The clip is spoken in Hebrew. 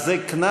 אז זה קנס,